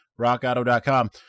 rockauto.com